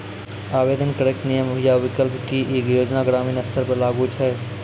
आवेदन करैक नियम आ विकल्प? की ई योजना ग्रामीण स्तर पर लागू छै?